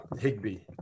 Higby